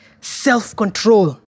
Self-control